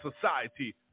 society